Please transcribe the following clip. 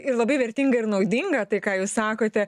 ir labai vertinga ir naudinga tai ką jūs sakote